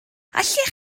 allech